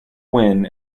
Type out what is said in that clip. win